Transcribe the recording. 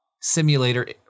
simulator